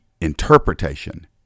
interpretation